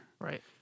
Right